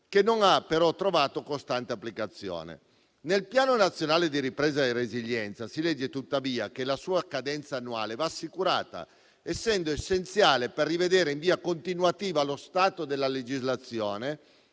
che non ha però trovato costante applicazione. Nel Piano nazionale di ripresa e resilienza si legge tuttavia che la sua cadenza annuale va assicurata, essendo essenziale per rivedere in via continuativa lo stato della legislazione,